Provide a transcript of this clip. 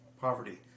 poverty